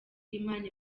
imana